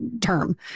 term